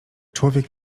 człowiek